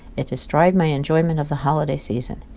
it destroyed my enjoyment of the holiday season.